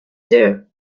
there